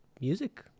music